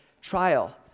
trial